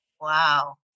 wow